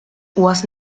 was